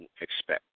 expect